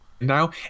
now